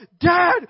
dad